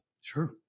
Sure